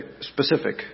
specific